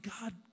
God